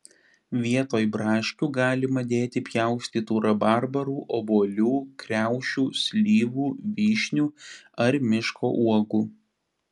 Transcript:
vietoj braškių galima dėti pjaustytų rabarbarų obuolių kriaušių slyvų vyšnių ar miško uogų